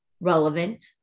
relevant